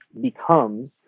becomes